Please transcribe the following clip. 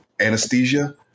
anesthesia